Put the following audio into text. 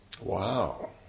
Wow